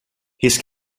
his